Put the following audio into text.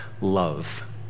love